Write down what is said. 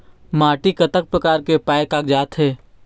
माटी कतक प्रकार के पाये कागजात हे?